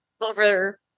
over